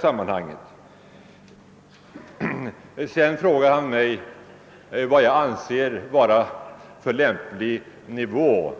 Sedan frågade herr Rask mig